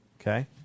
Okay